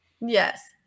Yes